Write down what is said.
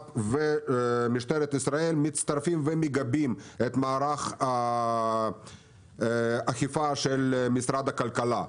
ומשטרת ישראל מצטרפים ומגבים את מערך האכיפה של משרד הכלכלה.